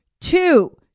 two